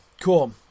cool